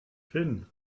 finn